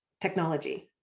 technology